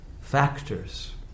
factors